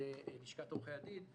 על-ידי לשכת עורכי הדין,